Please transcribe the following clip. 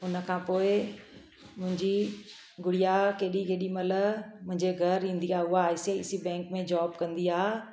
हुन खां पोइ मुंहिंजी गुड़िया केॾी केॾी महिल मुंहिंजे घर ईंदी आहे उहा I C I C bank में जॉब कंदी आहे